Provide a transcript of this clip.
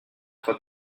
quand